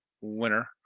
winner